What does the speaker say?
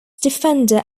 defender